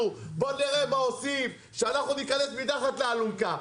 בוא נראה מה עושים ,שאנחנו ניכנס מתחת לאלונקה,